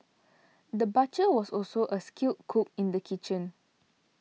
the butcher was also a skilled cook in the kitchen